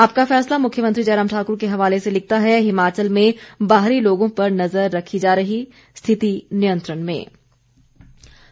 आपका फैसला मुख्यमंत्री जयराम ठाकुर के हवाले से लिखता है हिमाचल में बाहरी लोगों पर नजर रखी जा रही स्थिति नियंत्रण में है